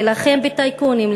להילחם בטייקונים,